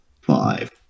five